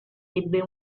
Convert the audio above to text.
ebbe